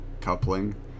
coupling